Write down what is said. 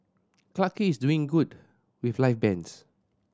Clarke Quay is doing good with live bands